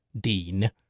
Dean